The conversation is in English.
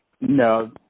No